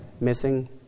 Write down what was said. missing